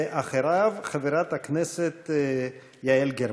ואחריו, חברת הכנסת יעל גרמן.